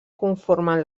conformen